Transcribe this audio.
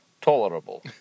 tolerable